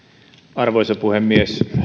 arvoisa puhemies